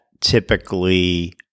typically